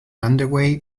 underway